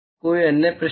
कोई अन्य प्रश्न